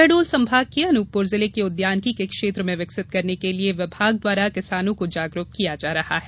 शहडोल संभाग के अनूपपुर जिले को उद्यानिकी के क्षेत्र में विकसित करने के लिए विभाग द्वारा किसानों को जागरुक किया जा रहा है